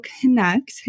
Connect